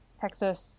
texas